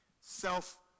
Self